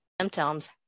symptoms